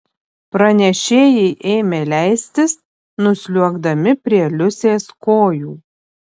pranešėjai ėmė leistis nusliuogdami prie liusės kojų